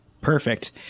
Perfect